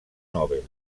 nobel